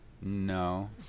No